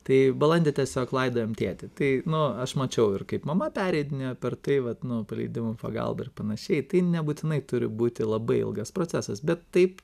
tai balandį tiesiog laidojom tėtį tai nu aš mačiau ir kaip mama pereidinėjo per tai vat nu paleidimų pagalba ir panašiai tai nebūtinai turi būti labai ilgas procesas bet taip